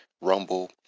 Rumble